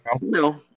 No